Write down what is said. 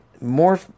more